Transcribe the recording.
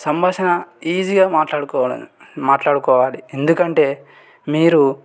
సంభాషణ ఈజీగా మాట్లాడుకోవాలి మాట్లాడుకోవాలి ఎందుకంటే మీరు